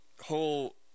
whole